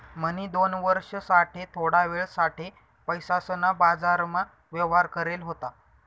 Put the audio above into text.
म्हणी दोन वर्ष साठे थोडा वेळ साठे पैसासना बाजारमा व्यवहार करेल होता